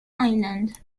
island